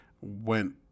went